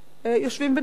יושבים ביניהם.